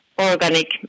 organic